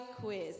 quiz